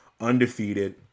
undefeated